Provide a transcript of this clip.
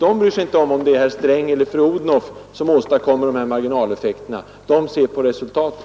De bryr sig inte om huruvida det är herr Sträng eller fru Odhnoff som åstadkommer marginalbelastningen; de ser till resultatet.